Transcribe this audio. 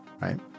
right